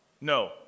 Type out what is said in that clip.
No